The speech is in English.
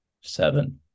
seven